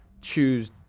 choose